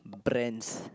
brands